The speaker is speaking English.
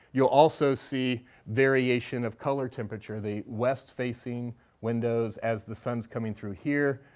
you'll also see variation of color temperature. the west-facing windows, as the sun's coming through here,